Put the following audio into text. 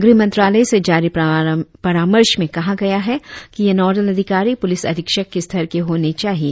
गृह मंत्रालय से जारी परामर्श में कहा गया है कि यह नोडल अधिकारी पुलिस अधिक्षक के स्तर के होने चाहिए